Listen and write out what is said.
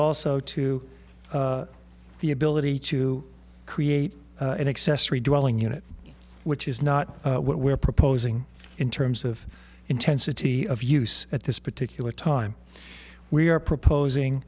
also to the ability to create an accessory dwelling unit which is not what we're proposing in terms of intensity of use at this particular time we are proposing